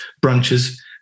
branches